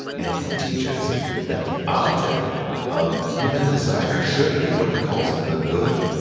and he teaches that the object of human desire should be what he calls the good.